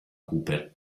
cooper